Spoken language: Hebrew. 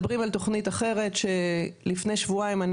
מדברים על תכנית אחרת שלפני שבועיים,